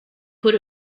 put